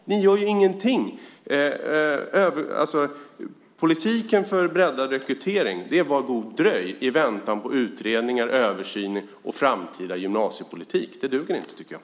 Ni gör ju ingenting! Politiken för breddad rekrytering är var god dröj i väntan på utredningar, översyner och framtida gymnasiepolitik. Det duger inte, tycker jag.